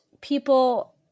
people